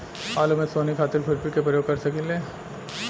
आलू में सोहनी खातिर खुरपी के प्रयोग कर सकीले?